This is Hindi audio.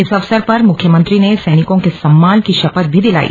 इस अवसर पर मुख्यमंत्री ने सैनिकों के सम्मान की शपथ भी दिलाई